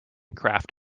craft